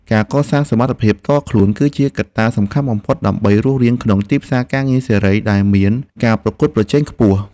ការកសាងសមត្ថភាពផ្ទាល់ខ្លួន គឺជាកត្តាសំខាន់បំផុតដើម្បីរស់រានក្នុងទីផ្សារការងារសេរីដែលមានការប្រកួតប្រជែងខ្ពស់។